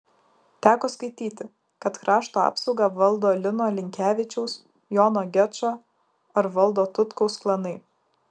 teko skaityti kad krašto apsaugą valdo lino linkevičiaus jono gečo ar valdo tutkaus klanai